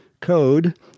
code